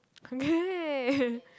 okay